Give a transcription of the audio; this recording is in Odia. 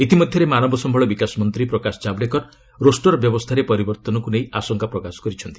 ଇତିମଧ୍ୟରେ ମାନବ ସମ୍ଭଳ ବିକାଶ ମନ୍ତ୍ରୀ ପ୍ରକାଶ ଜାଭେଡ୍କର ରୋଷ୍ଟର ବ୍ୟବସ୍ଥାରେ ପରିବର୍ତ୍ତନକୁ ନେଇ ଆଶଙ୍କା ପ୍ରକାଶ କରିଛନ୍ତି